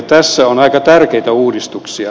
tässä on aika tärkeitä uudistuksia